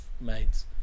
mates